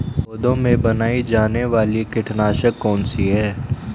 पौधों से बनाई जाने वाली कीटनाशक कौन सी है?